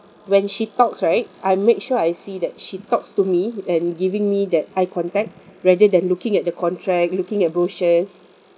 when she talks right I make sure I see that she talks to me and giving me that eye contact rather than looking at the contract looking at brochures